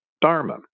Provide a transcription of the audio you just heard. dharma